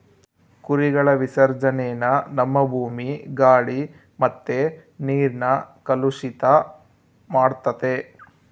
ಕುರಿಗಳ ವಿಸರ್ಜನೇನ ನಮ್ಮ ಭೂಮಿ, ಗಾಳಿ ಮತ್ತೆ ನೀರ್ನ ಕಲುಷಿತ ಮಾಡ್ತತೆ